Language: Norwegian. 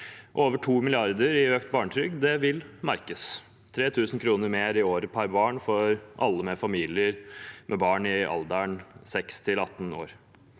Over 2 mrd. kr i økt barnetrygd vil merkes, 3 000 kr mer i året per barn for alle familier med barn i alderen 6– 18 år.